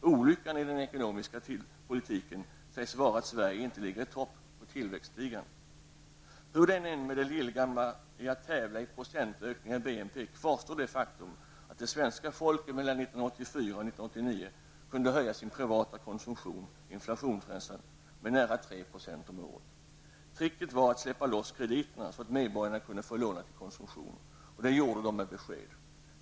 Olyckan i den ekonomiska politiken sägs vara att Sverige inte ligger i topp i tillväxtligan. Hur det än är med det lillgamla i att tävla i procentökningar i BNP, kvarstår det faktum att det svenska folket mellan 1984 och 1989 kunde höja sin privata konsumtion inflationsrensat med nära 3 % om året. Tricket var att släppa loss krediterna, så att medborgarna kunde få låna till konsumtion. Och det gjorde de med besked.